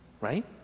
right